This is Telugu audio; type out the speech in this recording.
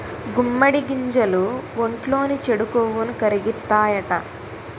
గుమ్మడి గింజలు ఒంట్లోని చెడు కొవ్వుని కరిగిత్తాయట